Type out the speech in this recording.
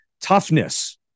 toughness